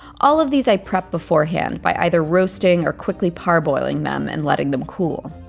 all of these i prepped beforehand by either roasting or quickly parboiling them and letting them cool.